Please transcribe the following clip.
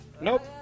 Nope